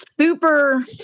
super